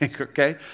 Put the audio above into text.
Okay